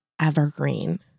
evergreen